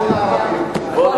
ז'בוטינסקי מאמין,